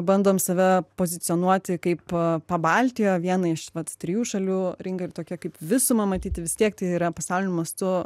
bandom save pozicionuoti kaip pabaltijo vieną iš trijų šalių rinką ir tokią kaip visumą matyti vis tiek tai yra pasauliniu mastu